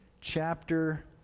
chapter